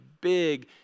big